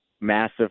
massive